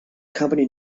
company